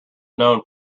known